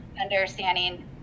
understanding